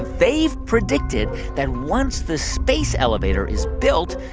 they've predicted that once the space elevator is built,